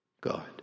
God